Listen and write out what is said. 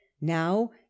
now